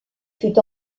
fut